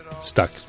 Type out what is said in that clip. stuck